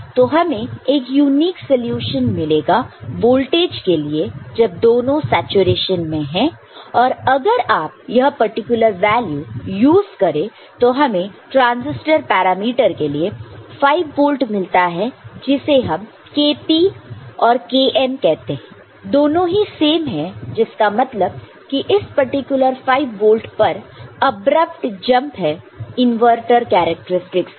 तो हमें एक यूनिक सलूशन मिलेगा वोल्टेज के लिए जब दोनों सैचुरेशन में है और अगर आप यह पार्टिकुलर वैल्यू यूज़ करें तो हमें ट्रांसिस्टर पैरामीटर के लिए 5 वोल्ट मिलता है जिसे हम kp और kn कहते हैं दोनों ही सेम है जिसका मतलब कि इस पर्टिकुलर 5 वोल्ट पर अब्रप्ट जंप है इनवर्टर कैरेक्टरस्टिक्स में